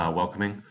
welcoming